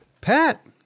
Pat